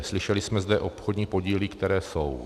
Slyšeli jsme zde obchodní podíly, které jsou.